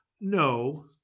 no